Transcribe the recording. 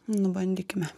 nu bandykime